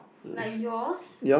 like yours